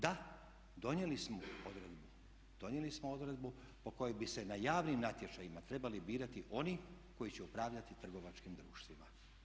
Da, donijeli smo odredbu, donijeli smo odredbu po kojoj bi se na javnim natječajima trebali birati oni koji će upravljati trgovačkim društvima.